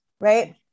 right